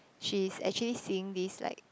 she's actually seeing this like